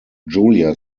julia